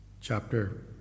Chapter